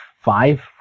five